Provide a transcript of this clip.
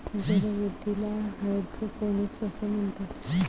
जलवृद्धीला हायड्रोपोनिक्स असे म्हणतात